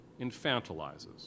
infantilizes